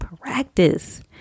practice